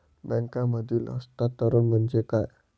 बँकांमधील हस्तांतरण म्हणजे काय?